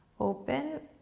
open.